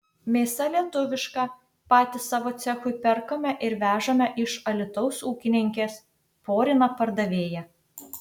mėsa lietuviška patys savo cechui perkame ir vežame iš alytaus ūkininkės porina pardavėja